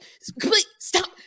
stop